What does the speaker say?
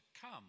come